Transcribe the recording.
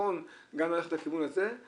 חרדים במשרד